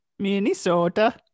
Minnesota